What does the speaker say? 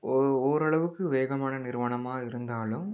ஒரு ஓரளவுக்கு வேகமான நிறுவனமாக இருந்தாலும்